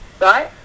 right